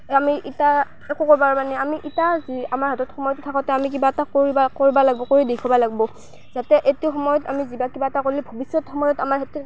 আমি এতিয়া একো কৰিব নাই আমি এতিয়া যি আমাৰ হাতত সময় থাকোঁতে আমি কিবা এটা কৰিব কৰিব লাগিব কৰি দেখাব লাগিব যাতে এইটো সময়ত আমি যিবা কিবা এটা কৰিলে ভৱিষ্যত সময়ত আমাৰ সেইটো